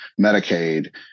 Medicaid